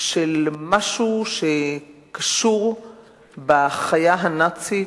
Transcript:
של משהו שקשור בחיה הנאצית,